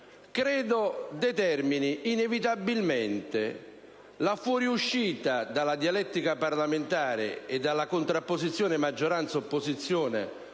determina inevitabilmente la fuoriuscita dalla dialettica parlamentare e dalla contrapposizione maggioranza-opposizione